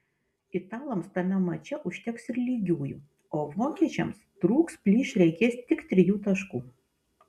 italams tame mače užteks ir lygiųjų o vokiečiams trūks plyš reikės tik trijų taškų